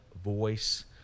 voice